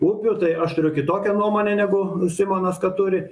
upių tai aš turiu kitokią nuomonę negu simonas kad turi